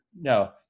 No